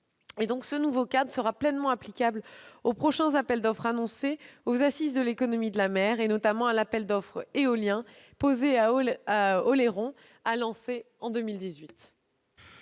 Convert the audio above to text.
Ce nouveau cadre sera pleinement applicable aux prochains appels d'offres annoncés lors des Assises de l'économie de la mer, notamment à l'appel d'offres éolien posé à Oléron qui sera lancé en 2018.